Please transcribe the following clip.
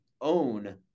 own